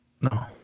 No